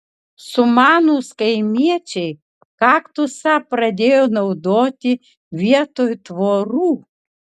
sumanūs kaimiečiai kaktusą pradėjo naudoti vietoj tvorų